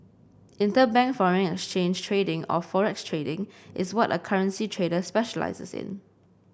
interbank foreign exchange trading or fore x trading is what a currency trader specialises in